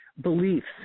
Beliefs